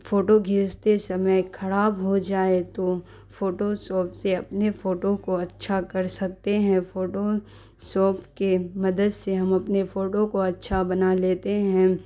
photo کھینچتے سمے خراب ہو جائے تو فوٹو شاپ سے اپنے فوٹو کو اچھا کر سکتے ہیں فوٹو شاپ کی مدد سے ہم اپنے فوٹو کو اچھا بنا لیتے ہیں